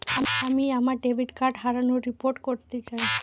আমি আমার debit card হারানোর রিপোর্ট করতে চাই